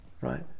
right